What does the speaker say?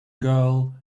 girl